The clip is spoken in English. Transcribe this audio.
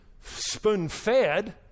spoon-fed